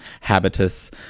habitus